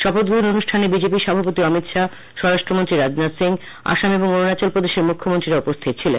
শপথ গ্রহণ অনুষ্ঠানে বিজেপি সভাপতি অমিত শাহ স্বরাষ্টমন্ত্রী রাজনাথ সিং আসাম এবং অরুণাচল প্রদেশের মুখ্যমন্ত্রীরাও উপস্হিত ছিলেন